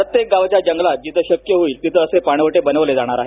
प्रत्येक गावाच्या जंगलात जिथं शक्य होईल तिथं असे पाणवठे बनविले जाणार आहेत